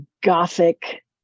Gothic